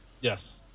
Yes